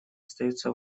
остаются